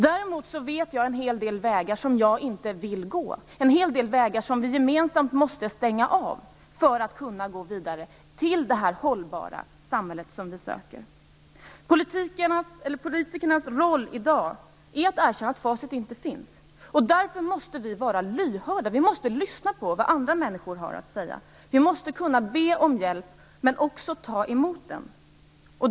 Däremot vet jag en hel del vägar som jag inte vill gå, en hel del vägar som vi gemensamt måste stänga av för att kunna gå vidare till det hållbara samhälle som vi söker. Politikernas roll i dag är att erkänna att facit inte finns. Därför måste vi vara lyhörda - vi måste lyssna på vad andra människor har att säga. Vi måste kunna be om hjälp men också ta emot den.